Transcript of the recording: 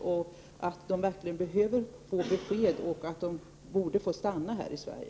De behöver verkligen få besked, och de borde få stanna här i Sverige.